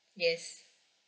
yes